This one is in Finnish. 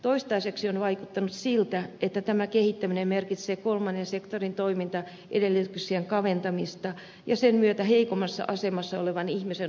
toistaiseksi on vaikuttanut siltä että tämä kehittäminen merkitsee kolmannen sektorin toimintaedellytyksien kaventamista ja sen myötä heikommassa asemassa olevan ihmisen unohtamista